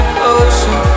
closer